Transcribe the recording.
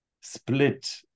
split